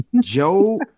Joe